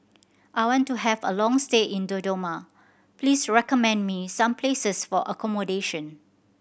I want to have a long stay in Dodoma please recommend me some places for accommodation